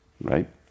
Right